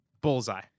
bullseye